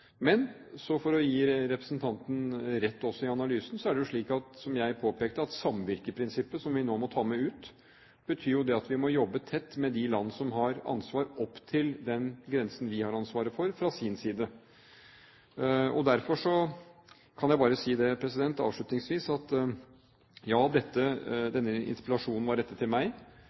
Men for også å gi representanten rett i analysen er det jo, som jeg påpekte, slik at samvirkeprinsippet, som vi nå må ta med ut, betyr at vi må jobbe tett med de land som har ansvar opp til den grensen vi har ansvaret for – fra sin side. Avslutningsvis vil jeg si at denne interpellasjonen var rettet til meg, men den handlet om mange virkemidler som sorterer under andre statsråder. Jeg takker likevel interpellanten for at jeg fikk anledning til